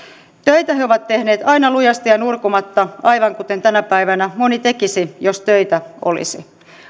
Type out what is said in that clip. töitä he ovat tehneet aina lujasti ja ja nurkumatta aivan kuten tänä päivänä moni tekisi jos töitä olisi